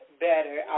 better